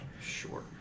Sure